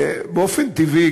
באופן טבעי,